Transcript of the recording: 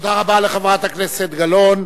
תודה רבה לחברת הכנסת גלאון.